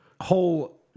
whole